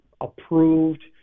approved